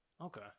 okay